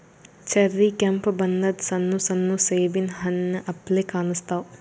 cherry ಕೆಂಪ್ ಬಣ್ಣದ್ ಸಣ್ಣ ಸಣ್ಣು ಸೇಬಿನ್ ಹಣ್ಣ್ ಅಪ್ಲೆ ಕಾಣಸ್ತಾವ್